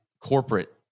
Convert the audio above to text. corporate